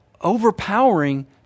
overpowering